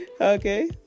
okay